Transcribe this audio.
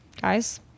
guys